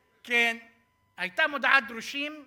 הייתה מודעת דרושים: